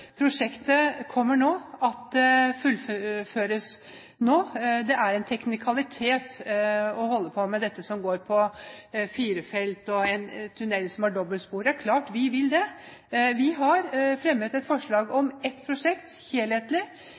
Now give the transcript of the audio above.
prosjektet kommer nå, at det fullføres nå. Det er en teknikalitet å holde på med dette som går på firefelt og en tunnel som har dobbeltspor. Det er klart vi vil det! Vi har fremmet et forslag om ett prosjekt – helhetlig